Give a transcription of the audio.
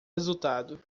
resultado